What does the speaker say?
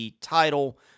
title